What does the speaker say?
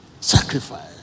Sacrifice